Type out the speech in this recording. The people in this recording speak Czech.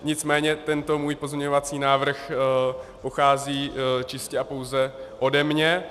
Nicméně tento můj pozměňovací návrh pochází čistě a pouze ode mě.